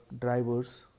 drivers